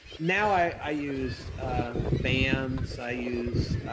now, i i use bands. i use